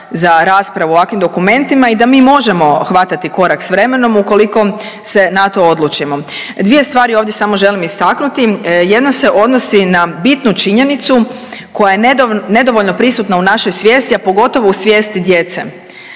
za raspravu o ovakvim dokumentima i da mi možemo hvatati korak s vremenom ukoliko se na to odlučimo. Dvije stvari ovdje samo želim istaknuti, jedna se odnosi na bitnu činjenicu koja je nedovoljno prisutna u našoj svijesti, a pogotovo u svijesti djece.